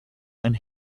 and